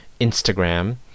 Instagram